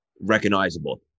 recognizable